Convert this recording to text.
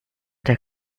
der